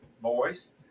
boys